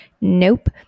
Nope